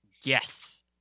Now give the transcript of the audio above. Yes